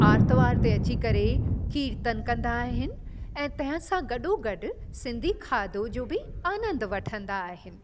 आर्तवार ते अची करे कीर्तन कंदा आहिनि ऐं तंहिंसां गॾोगॾु सिंधी खाधो जो बि आनंदु वठंदा आहिनि